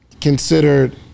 considered